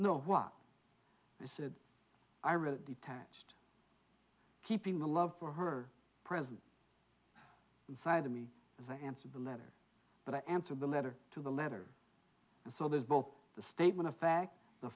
no what i said i really detached keeping the love for her present inside of me as i answered the letter but i answered the letter to the letter and so there's both the statement of fact the